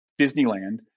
Disneyland